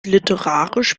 literarisch